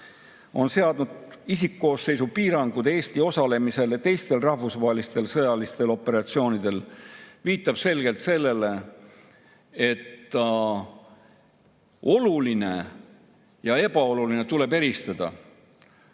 on seatud isikkoosseisu piirangud Eesti osalemisele teistel rahvusvahelistel sõjalistel operatsioonidel. Juba see viitab selgelt sellele, et oluline ja ebaoluline tuleb eristada.